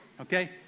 okay